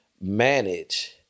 manage